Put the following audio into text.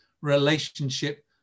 relationship